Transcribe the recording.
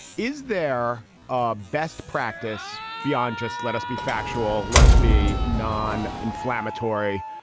is there a best practice beyond just let us be factual. let us be non inflammatory.